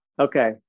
Okay